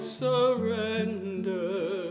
surrender